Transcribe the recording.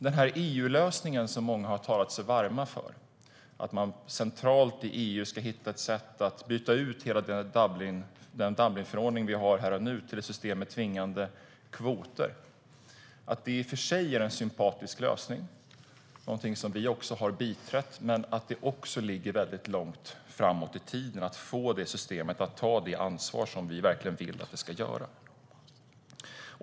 Den här EU-lösningen som många har talat sig varma för, som innebär att man centralt i EU ska hitta ett sätt att byta ut hela Dublinförordningen mot ett system med tvingande kvoter, är i och för sig en sympatisk lösning och någonting som vi har biträtt. Men det ligger också långt framåt i tiden att få systemet på plats så att det fungerar på det sätt som vi vill att det ska göra.